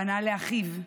פנה לאחיו,